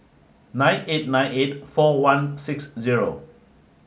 nine eight nine eight four one six zero